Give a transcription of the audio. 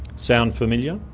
sound familiar?